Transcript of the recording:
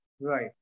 Right